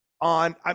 on